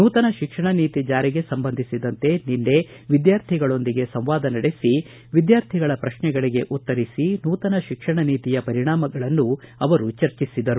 ನೂತನ ಶಿಕ್ಷಣ ನೀತಿ ಜಾರಿಗೆ ಸಂಬಂಧಿಸಿದಂತೆ ನಿನ್ನೆ ವಿದ್ಯಾರ್ಥಿಗಳೊಂದಿಗೆ ಸಂವಾದ ನಡೆಸಿ ವಿದ್ಯಾರ್ಥಿಗಳ ಪ್ರಶ್ನೆಗಳಿಗೆ ಉತ್ತರಿಸಿ ನೂತನ ಶಿಕ್ಷಣ ನೀತಿಯ ಪರಿಣಾಮಗಳನ್ನು ಅವರು ಚರ್ಚಿಸಿದರು